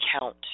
count